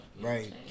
Right